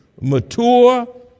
mature